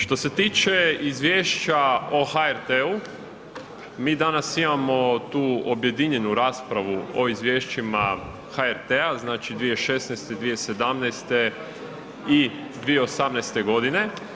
Što se tiče izvješća o HRT-u, mi danas imamo tu objedinjenu raspravu o izvješćima HRT-a, znači, 2016., 2017. i 2018. godine.